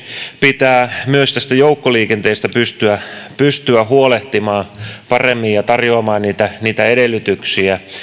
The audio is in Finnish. pitää myös tästä joukkoliikenteestä pystyä pystyä huolehtimaan paremmin ja tarjoamaan niitä niitä edellytyksiä